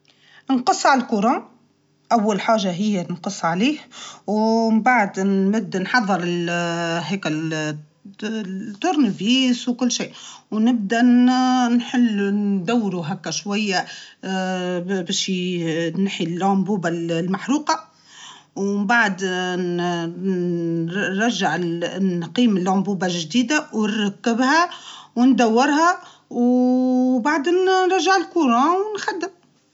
نقص على الضوء نعمل كرسي كانوا ما يطولش الكرسي نجيب سلوم نطلع على السلوم نحييها اللامبة بالسياسه ما نقربش سويبعي للكرة ناخذ احتياطي ما نقربش سويبعتي للكرة ونبدلها نحيي العدينة ونركبها جديدة ونهبط من على السلوم ونشعل الضوء سيء انتهى كل شيء.